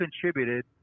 contributed